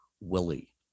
Willie